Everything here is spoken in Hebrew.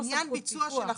בעניין ביצוע של החוק.